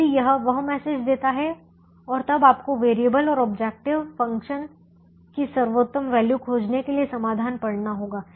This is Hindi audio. यदि यह वह मैसेज देता है और तब आपको वेरिएबल और ऑब्जेक्टिव फ़ंक्शन की सर्वोत्तम वैल्यू खोजने के लिए समाधान पढ़ना होगा